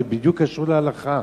זה בדיוק קשור להלכה.